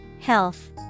Health